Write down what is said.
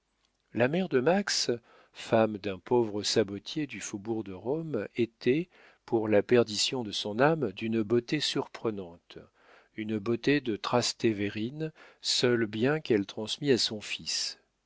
la mère de max femme d'un pauvre sabotier du faubourg de rome était pour la perdition de son âme d'une beauté surprenante une beauté de trastéverine seul bien qu'elle transmit à son fils